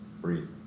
breathe